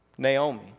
Naomi